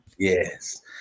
Yes